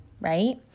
right